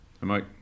Mike